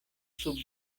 sub